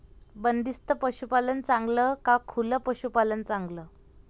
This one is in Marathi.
बंदिस्त पशूपालन चांगलं का खुलं पशूपालन चांगलं?